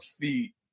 feet